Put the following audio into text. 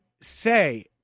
say